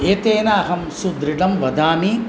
एतेन अहं सुदृढं वदामि